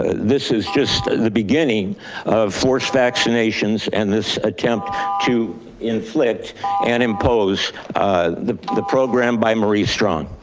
this is just the beginning of forced vaccinations and this attempt to inflict and impose the the program by murray strong.